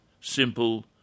simple